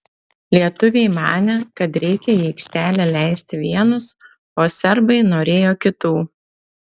lietuviai manė kad reikia į aikštelę leisti vienus o serbai norėjo kitų